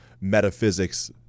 metaphysics